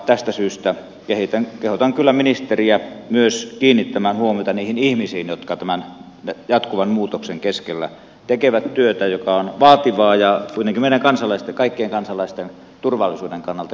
tästä syystä kehotan kyllä ministeriä myös kiinnittämään huomiota niihin ihmisiin jotka tämän jatkuvan muutoksen keskellä tekevät työtä joka on vaativaa ja kuitenkin meidän kansalaisten kaikkien kansalaisten turvallisuuden kannalta keskeistä työtä